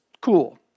Cool